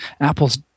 Apple's